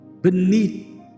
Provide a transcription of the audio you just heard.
beneath